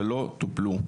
שלא טופלו.